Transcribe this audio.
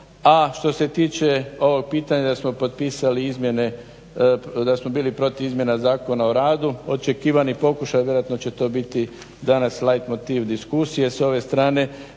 a što se tiče ovog pitanja da smo potpisali izmjene, da smo bili protiv izmjena Zakona o radu očekivani pokušaj vjerojatno će to biti danas lajt-motiv diskusije s ove strane